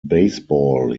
baseball